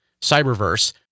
Cyberverse